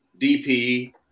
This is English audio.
DP